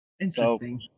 Interesting